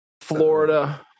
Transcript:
florida